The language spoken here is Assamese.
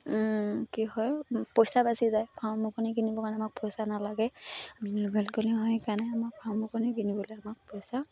কি হয় পইচা বাচি যায় ফাৰ্মৰ কণী কিনিবৰ কাৰণে আমাক পইচা নালাগে আমি লোকেল কণী হয় কাৰণে আমাক ফাৰ্মৰ কণী কিনিবলৈ আমাক পইচা